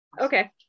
okay